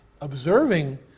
observing